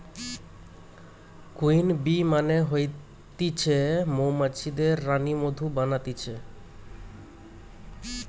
queen bee মানে হতিছে মৌমাছিদের রানী মধু বানাতিছে